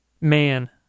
man